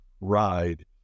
ride